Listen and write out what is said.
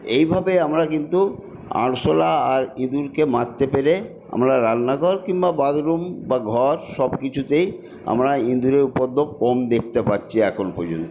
এইভাবে আমরা কিন্তু আরশোলা আর ইঁদুরকে মারতে পেরে আমরা রান্নাঘর কিংবা বাথরুম বা ঘর সব কিছুতেই আমরা ইঁদুরের উপদ্রব কম দেখতে পাচ্ছি এখন পর্যন্ত